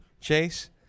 Chase